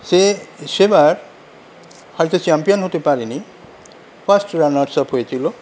সে সেবার হয়তো চ্যাম্পিয়ন হতে পারেনি ফার্স্ট রানার আপ হয়েছিল